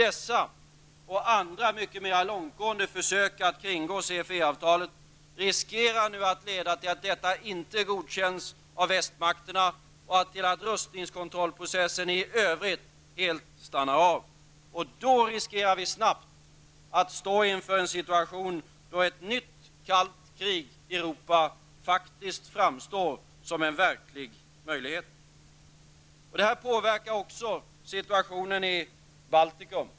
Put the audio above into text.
Dessa och andra mycket mera långtgående försök att kringgå CFE-avtalet riskerar nu att leda till att avtalet inte godkänns av västmakterna och till att rustningskontrollsprocessen i övrigt helt stannar av. Då riskerar vi snabbt att stå inför en situation då ett nytt kallt krig i Europa faktiskt framstår som en verklig möjlighet. Detta påverkar också situationen i Baltikum.